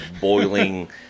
boiling